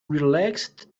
relaxed